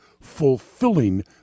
fulfilling